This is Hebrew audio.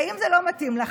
ואם זה לא מתאים לך,